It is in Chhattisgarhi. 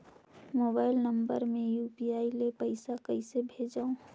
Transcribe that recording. मोबाइल नम्बर मे यू.पी.आई ले पइसा कइसे भेजवं?